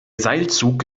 seilzug